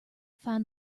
find